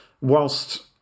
whilst